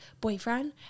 boyfriend